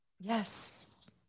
Yes